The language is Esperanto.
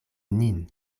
nin